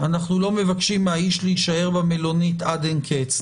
אנחנו לא מבקשים מהאיש להישאר במלונית עד אין קץ,